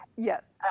Yes